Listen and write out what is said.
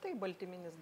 taip baltyminis da